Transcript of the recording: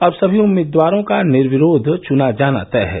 अब सभी उम्मीदवारों का निर्विरोध चुना जाना तय है